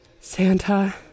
Santa